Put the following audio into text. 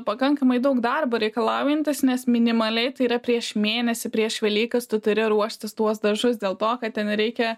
pakankamai daug darbo reikalaujantis nes minimaliai tai yra prieš mėnesį prieš velykas tu turi ruoštis tuos dažus dėl to kad ten reikia